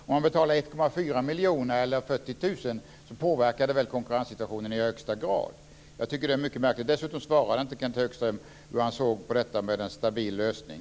Om man betalar 1,4 miljoner eller 40 000 påverkar det väl konkurrenssituationen i högsta grad? Jag tycker att det är mycket märkligt. Dessutom svarade inte Kenth Högström på frågan om hur han ser på detta med en stabil lösning.